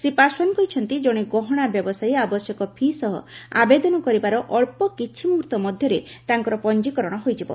ଶ୍ରୀ ପାଶ୍ୱାନ କହିଛନ୍ତି ଜଣେ ଗହଣା ବ୍ୟବସାୟୀ ଆବଶ୍ୟକ ଫି' ସହ ଆବେଦନ କରିବାର ଅଳ୍ପ କିଛି ମୁହର୍ତ୍ତ ମଧ୍ୟରେ ତାଙ୍କର ପଞ୍ଜିକରଣ ହୋଇଯିବ